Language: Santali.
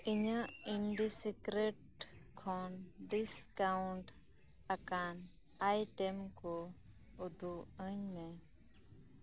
ᱤᱧᱟᱹᱜ ᱤᱱᱰᱤᱥᱤᱠᱨᱮᱹᱴ ᱠᱷᱚᱱ ᱰᱤᱥᱠᱟᱣᱩᱱᱴ ᱟᱠᱟᱱ ᱟᱭᱴᱮᱢ ᱠᱚ ᱩᱫᱩᱜ ᱟᱹᱧ ᱢᱮ